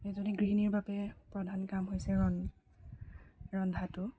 এজনী গৃহিণীৰ বাবে প্ৰধান কাম হৈছে ৰ ৰন্ধাটো